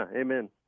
amen